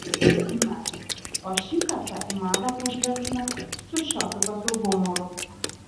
na o šį kartą į madą pažvelkime su šiokiu tokiu humoru